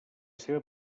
seva